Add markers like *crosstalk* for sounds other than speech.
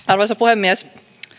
*unintelligible* arvoisa puhemies